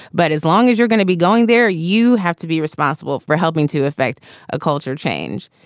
but as long as you're going to be going there, you have to be responsible for helping to affect a culture change.